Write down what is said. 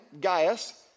Gaius